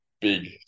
big